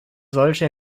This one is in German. solche